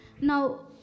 now